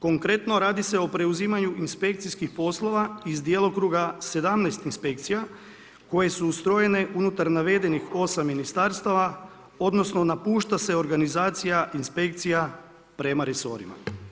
Konkretno radi se o preuzimanju inspekcijskih poslova iz djelokruga 17 inspekcija koje su ustrojene unutar navedenih 8 ministarstava, odnosno napušta se organizacija, inspekcija prema resorima.